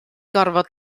gorfod